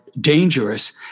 dangerous